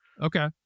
Okay